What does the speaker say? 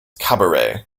cabaret